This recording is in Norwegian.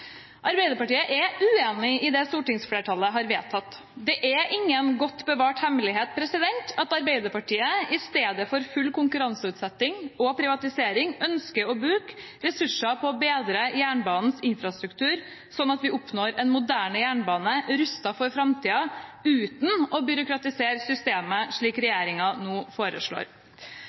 Arbeiderpartiet er uenig i det stortingsflertallet har vedtatt. Det er ingen godt bevart hemmelighet at Arbeiderpartiet i stedet for full konkurranseutsetting og privatisering ønsker å bruke ressurser på å bedre jernbanens infrastruktur sånn at vi oppnår en moderne jernbane rustet for framtiden uten å byråkratisere systemet, slik